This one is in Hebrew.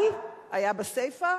אבל היה בסיפא,